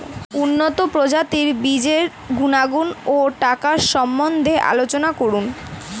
উন্নত প্রজাতির বীজের গুণাগুণ ও টাকার সম্বন্ধে আলোচনা করুন